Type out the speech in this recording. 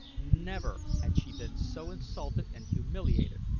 never had she been so insulted and humiliated.